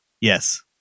Yes